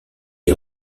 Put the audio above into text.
est